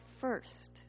first